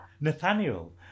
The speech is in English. Nathaniel